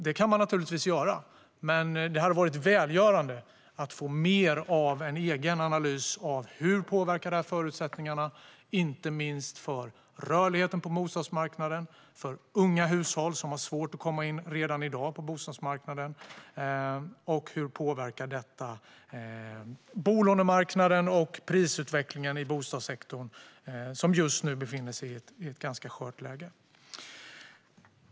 Det kan man givetvis göra, men det hade varit välgörande att få mer av en egen analys av regeringen av hur detta påverkar förutsättningarna, inte minst för rörligheten på bostadsmarknaden och för unga hushåll som redan i dag har svårt att komma in på bostadsmarknaden. Hur påverkar det bolånemarknaden och prisutvecklingen i bostadssektorn, som just nu befinner sig i ett skört läge?